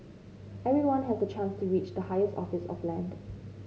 everyone has the chance to reach the highest office of land